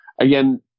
again